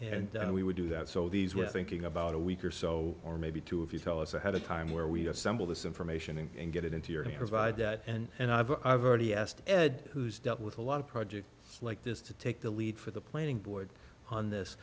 and we would do that so these were thinking about a week or so or maybe two if you tell us ahead of time where we assemble this information and get it into your ear by that and i've already asked ed who's dealt with a lot of projects like this to take the lead for the planning board on this